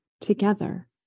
together